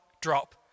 drop